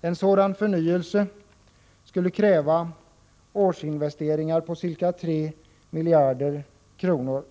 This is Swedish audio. En sådan förnyelse skulle kräva årsinvesteringar på ca 3 miljarder kronor.